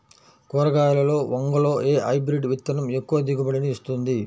కూరగాయలలో వంగలో ఏ హైబ్రిడ్ విత్తనం ఎక్కువ దిగుబడిని ఇస్తుంది?